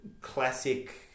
classic